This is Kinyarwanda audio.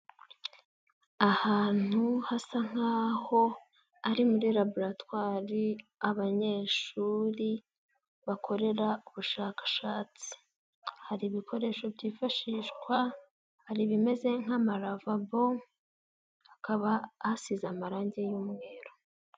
Ahantu hasa nkaho ari muri laboratwari abanyeshuri bakorera ubushakashatsi, hari ibikoresho byifashishwa, hari ibimeze nk'amaravabo, hakaba hasize amarangi y'umweru.